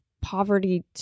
poverty